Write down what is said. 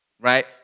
right